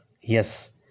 Yes